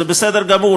זה בסדר גמור,